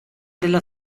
della